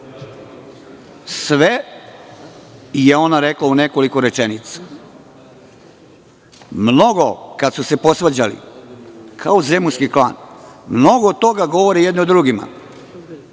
sve je ona rekla u nekoliko rečenica. Mnogo, kada su se posvađali kao zemunski klan, mnogo toga govore jedni o drugima